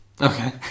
Okay